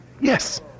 Yes